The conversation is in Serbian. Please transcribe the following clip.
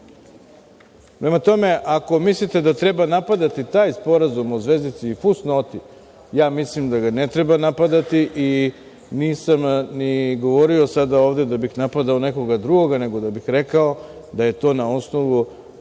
tome, ako mislite da treba napadati taj sporazum o zvezdici i fusnoti, ja mislim da ga ne treba napadati i nisam ni govorio sada ovde da bih napadao nekoga drugoga, nego da bih rekao da je to na osnovu